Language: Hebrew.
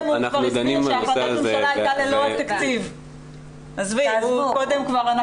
אנחנו דנים בנושא הזה ו- -- קודם הוא